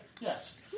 Yes